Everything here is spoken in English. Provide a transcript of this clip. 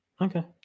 Okay